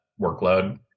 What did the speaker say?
workload